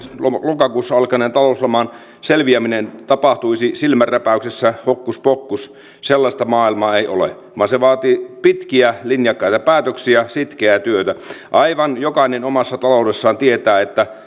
lokakuussa alkaneen talouslaman selviäminen tapahtuisi silmänräpäyksessä hokkuspokkus sellaista maailmaa ei ole vaan se vaatii pitkiä linjakkaita päätöksiä sitkeää työtä aivan jokainen omassa taloudessaan tietää että